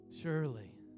surely